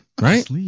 Right